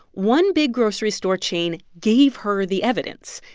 one big grocery store chain gave her the evidence.